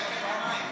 זה לא ייקר את המים.